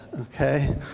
Okay